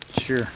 Sure